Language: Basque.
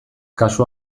kasu